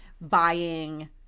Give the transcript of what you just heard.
buying